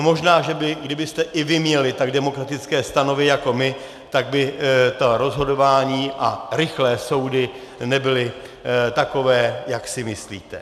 Možná, že kdybyste i vy měli tak demokratické stanovy jako my, tak by to rozhodování a rychlé soudy nebyly takové, jak si myslíte.